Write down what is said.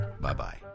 Bye-bye